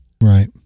Right